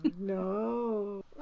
No